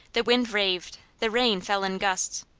the wind raved, the rain fell in gusts.